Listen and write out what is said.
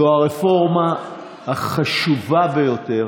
זו הרפורמה החשובה ביותר